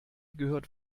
gehört